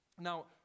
Now